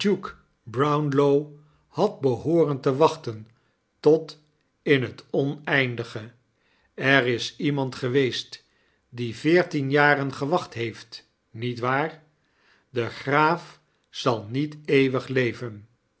brownlow had behooren te wachten tot in het oneindige erisiemand geweest die veertien jaren gewacht heeft niet waar de graaf zal niet eeuwig leven